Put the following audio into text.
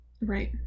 Right